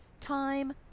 time